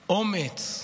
אומץ,